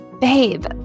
babe